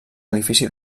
edifici